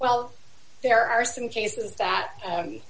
well there are some cases that